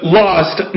lost